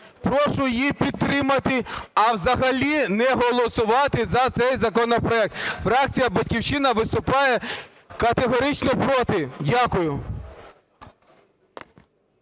прошу її підтримати. А взагалі не голосувати за цей законопроект. Фракція "Батьківщина" виступає категорично проти. Дякую.